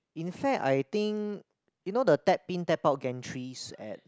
in fact I think you know the tap in tap out gantries at